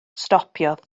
stopiodd